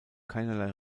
keinerlei